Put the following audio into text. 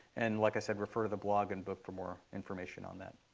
and like i said, refer to the blog and book for more information on that.